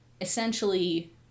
essentially